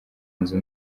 nzu